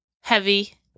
heavy